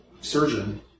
surgeon